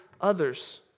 others